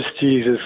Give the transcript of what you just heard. Jesus